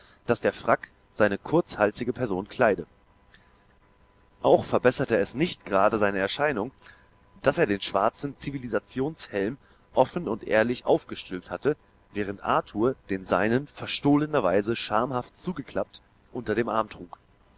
daß der frack seine kurzhalsige person kleide auch verbesserte es nicht gerade seine erscheinung daß er den schwarzen zivilisationshelm offen und ehrlich aufgestülpt hatte während arthur den seinen verstohlenerweise schamhaft zugeklappt unter dem arm trug